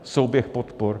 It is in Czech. Souběh podpor.